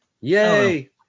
yay